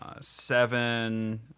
Seven